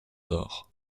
tard